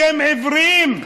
אתם עיוורים.